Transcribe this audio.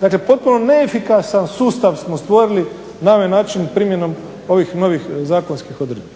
dakle potpuno neefikasan sustav smo stvorili na ovaj način primjenom ovih novih zakonskih odredbi.